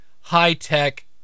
high-tech